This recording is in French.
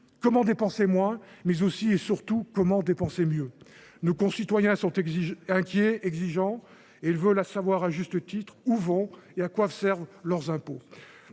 comment dépenser moins, mais aussi, et surtout, comment dépenser mieux ? Nos concitoyens sont inquiets, exigeants, et ils veulent savoir, à juste titre, où vont et à quoi servent leurs impôts.